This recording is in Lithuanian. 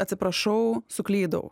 atsiprašau suklydau